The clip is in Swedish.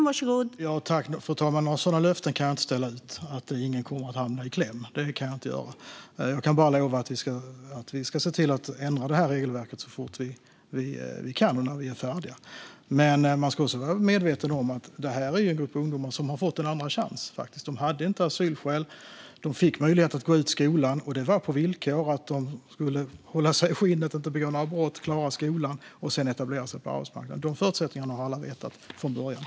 Fru talman! Några löften om att ingen kommer att hamna i kläm kan jag inte ställa ut. Jag kan bara lova att vi ska se till att ändra det regelverket så fort vi kan och när vi är färdiga. Man ska dock vara medveten om att det är en grupp ungdomar som faktiskt har fått en andra chans. De hade inte asylskäl. De fick möjlighet att gå ut skolan, på villkor att de skulle hålla sig i skinnet, att de inte skulle begå några brott, att de skulle klara skolan och att de sedan skulle etablera sig på arbetsmarknaden. De förutsättningarna har alla vetat om från början.